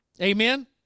Amen